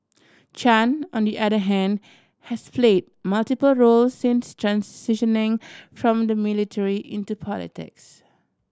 Chan on the other hand has play multiple roles since transitioning from the military into politics